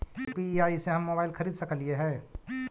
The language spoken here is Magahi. यु.पी.आई से हम मोबाईल खरिद सकलिऐ है